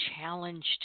challenged